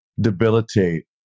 debilitate